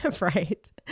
Right